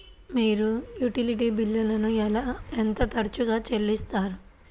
మీరు యుటిలిటీ బిల్లులను ఎంత తరచుగా చెల్లిస్తారు?